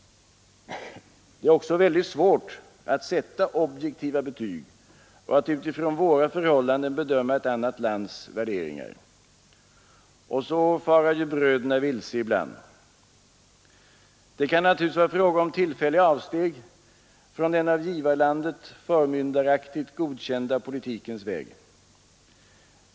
Det är också väldigt svårt att sätta objektiva betyg och att utifrån våra förhållanden bedöma ett annat lands värderingar. Och så fara ju bröderna vilse ibland! Det kan naturligtvis vara fråga om tillfälliga avsteg från den av givarlandet förmyndaraktigt godkända politikens väg.